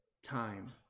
time